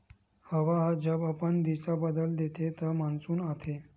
हवा ह जब अपन दिसा बदल देथे त मानसून आथे